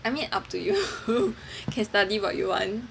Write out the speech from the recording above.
I mean up to you can study what you want